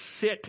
sit